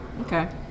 okay